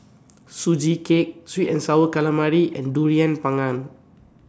Sugee Cake Sweet and Sour Calamari and Durian Pengat